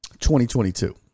2022